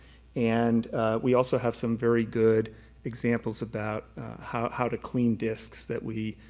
and we also have some very good examples about how how to clean discs that we